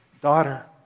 daughter